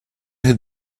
had